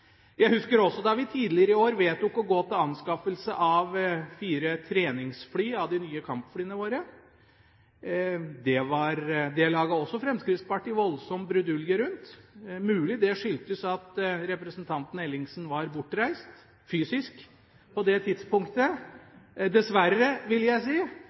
fire treningsfly av de nye kampflyene våre. Også det lagde Fremskrittspartiet en voldsom brudulje rundt. Det er mulig det skyldtes at representanten Ellingsen var bortreist, fysisk, på det tidspunktet. Dessverre, vil jeg si,